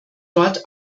dort